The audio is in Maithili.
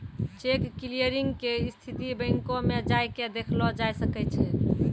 चेक क्लियरिंग के स्थिति बैंको मे जाय के देखलो जाय सकै छै